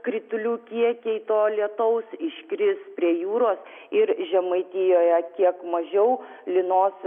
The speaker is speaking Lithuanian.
kritulių kiekiai to lietaus iškris prie jūros ir žemaitijoje kiek mažiau lynos